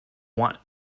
want